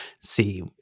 see